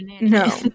No